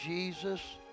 Jesus